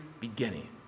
beginning